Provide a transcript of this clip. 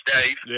Dave